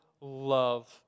love